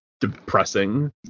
Depressing